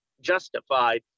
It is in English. justified